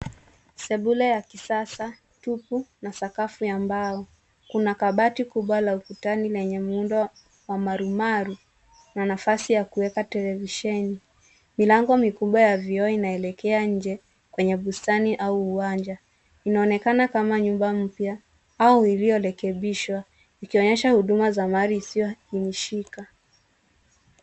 Sebule ya kisasa tupu na sakafu ya mbao. Kuna kabati kubwa la ukutani lenye muundo wa marumaru na nafasi ya kuweka televisheni. Milango mikubwa ya vioo inaelekea kwenye bustani au uwanja. Inaonekana kama nyumba mpya au iliyorekebishwa ikionyesha huduma za mali isiyohamishika.